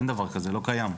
אין דבר כזה, לא קיים.